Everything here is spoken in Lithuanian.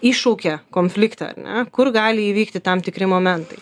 iššaukia konfliktą ar ne kur gali įvykti tam tikri momentai